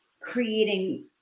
creating